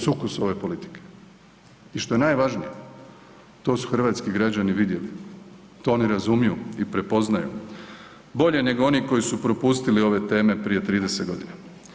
Sukus ove politike i što je najvažnije, to su hrvatski građani vidjeli, to oni razumiju i prepoznaju, bolje nego oni koji su propustili ove teme prije 30 godina.